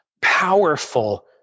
powerful